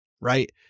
right